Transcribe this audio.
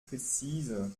präzise